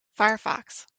firefox